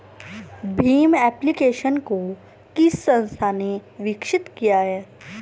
Bhim application को किस संस्था ने विकसित किया है?